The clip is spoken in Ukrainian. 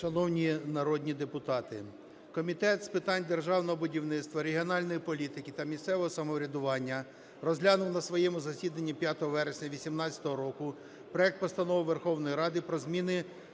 Шановні народні депутати, Комітет з питань державного будівництва, регіональної політики та місцевого самоврядування розглянув на своєму засіданні 5 вересня 2018 року проект Постанови Верховної Ради про зміни